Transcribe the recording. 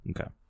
Okay